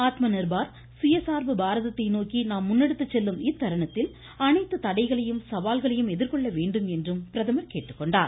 ஆத்ம நிர்பார் சுய சார்பு பாரதத்தை நோக்கி நாம் முன்னெடுத்துச் செல்லும் இத்தருணத்தில் அனைத்து தடைகளையும் சவால்களையும் எதிர்கொள்ள வேண்டுமென்றும் பிரதமர் தெரிவித்தார்